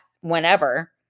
whenever